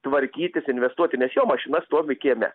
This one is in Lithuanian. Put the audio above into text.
tvarkytis investuoti nes jo mašina stovi kieme